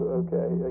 okay